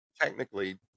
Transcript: Technically